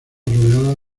rodeada